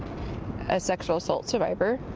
a sexual assault survivor.